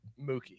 mookie